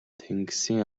тэнгисийн